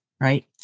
right